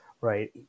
right